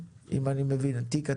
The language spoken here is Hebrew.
אם אני מבין את תיק התמרוק.